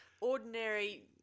ordinary